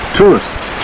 tourists